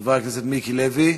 חבר הכנסת מיקי לוי,